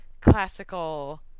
classical